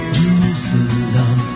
Jerusalem